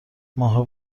ماه